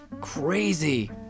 crazy